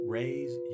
raise